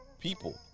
people